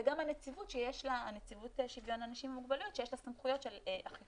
וגם נציבות שוויון אנשים עם מוגבלויות שיש לה סמכויות של אכיפה,